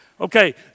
Okay